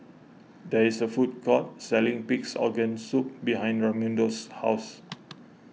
there is a food court selling Pigs Organ Soup behind Raymundo's house